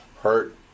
hurt